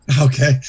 okay